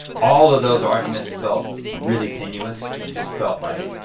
all of those arguments felt really tenuous and just felt like